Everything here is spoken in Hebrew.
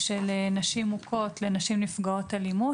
מ"נשים מוכות" ל"נשים נפגעות אלימות".